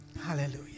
hallelujah